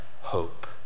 hope